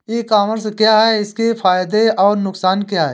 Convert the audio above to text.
ई commerce क्या है इसके फायदे और नुकसान क्या है?